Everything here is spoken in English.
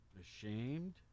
ashamed